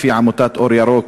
לפי עמותת "אור ירוק",